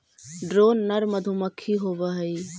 drone नर मधुमक्खी होवअ हई